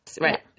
Right